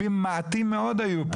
מעטים מאוד היו פה.